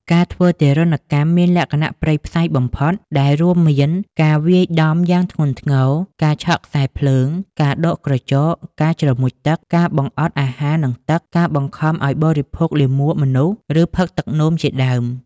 ការធ្វើទារុណកម្មមានលក្ខណៈព្រៃផ្សៃបំផុត ដែលរួមមាន ការវាយដំយ៉ាងធ្ងន់ធ្ងរ ការឆក់ខ្សែភ្លើង ការដកក្រចក ការជ្រមុជទឹក ការបង្អត់អាហារនិងទឹក ការបង្ខំឱ្យបរិភោគលាមកមនុស្ស ឬផឹកទឹកនោមជាដើម។